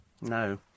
no